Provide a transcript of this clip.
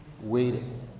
Waiting